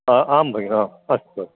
आम् आम् भगिनी अस्तु अस्तु